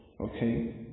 okay